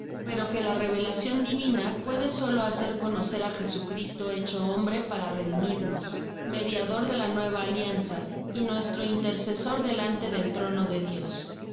pero que la revelacion divina puede solo hacer conocer á jesucristo hecho hombre para redimirnos mediador de la nueva alianza y nuestro intercesor delante del trono de dios no